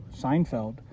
Seinfeld